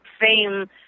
fame